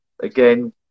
Again